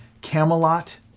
Camelot